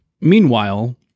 Meanwhile